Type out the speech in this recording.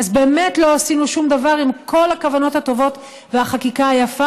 אז באמת לא עשינו שום דבר עם כל הכוונות הטובות והחקיקה היפה,